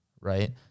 right